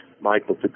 Michael